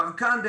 ברקן,